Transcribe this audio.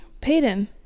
Peyton